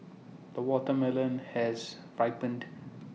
the watermelon has ripened